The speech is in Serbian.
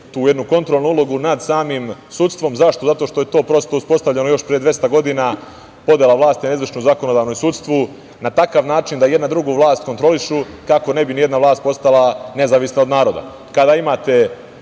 tu jednu kontrolnu ulogu nad samim sudstvom. Zašto? Zato što je to prosto uspostavljeno još pre dvesta godina, podela vlasti na izvršnu i zakonodavnu i sudsku, na takav način da jedna drugu vlast kontrolišu, kako ne bi nijedna vlast postala nezavisna od naroda. Kada imate